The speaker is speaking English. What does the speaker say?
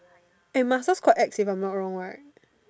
eh must well quite ex if I'm not wrong right